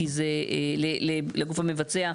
לגוף המבצע,